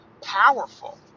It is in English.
powerful